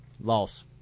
Loss